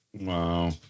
Wow